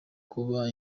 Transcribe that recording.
kuba